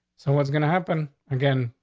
so what's going to happen again?